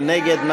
מי נגד?